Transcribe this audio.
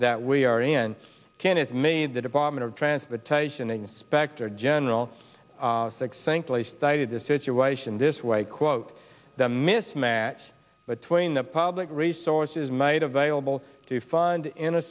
that we are in can is made the department of transportation inspector general succinctly stated the situation this way quote the mismatch between the public resources made available to fund in a